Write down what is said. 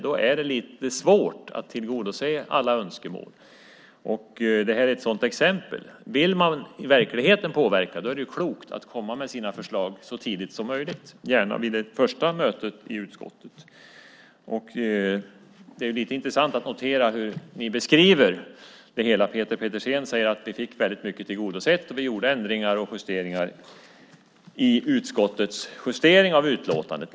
Då är det lite svårt att tillgodose alla önskemål. Det här är ett sådant exempel. Vill man i verkligheten påverka är det klokt att komma med sina förslag så tidigt som möjligt, gärna vid det första mötet i utskottet. Det är lite intressant att notera hur ni beskriver det hela. Peter Pedersen säger att man fick väldigt mycket tillgodosett, att vi gjorde ändringar och justeringar vid utskottets justering av utlåtandet.